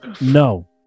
no